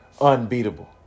unbeatable